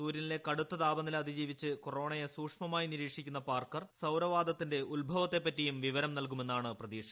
സൂര്യനിലെ കടുത്ത താപനില അതിജീവിച്ച് കൊറോണയെ സൂക്ഷ്മമായി നിരീക്ഷിക്കുന്ന പാർക്കർ സൌരവാതകത്തിന്റെ ഉത്ഭവത്തെപ്പറ്റിയും വിവരം നൽകുമെന്നാണ് പ്രതീക്ഷ